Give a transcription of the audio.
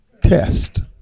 Test